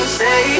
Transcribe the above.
say